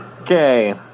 okay